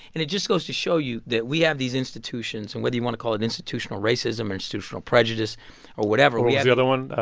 and it just goes to show you that we have these institutions. and whether you want to call it institutional racism or institutional prejudice or whatever. what was the other one, ah